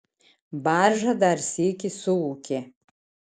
barža dar sykį suūkė